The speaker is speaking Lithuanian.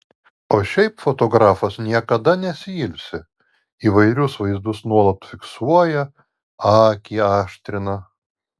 o šiaip fotografas niekada nesiilsi įvairius vaizdus nuolat fiksuoja akį aštrina